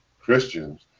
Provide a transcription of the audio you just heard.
Christians